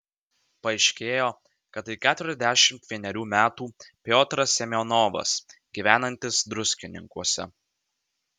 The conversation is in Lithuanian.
paaiškėjo kad tai keturiasdešimt vienerių metų piotras semionovas gyvenantis druskininkuose